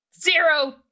zero